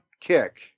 kick